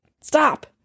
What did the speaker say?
stop